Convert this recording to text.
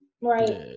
Right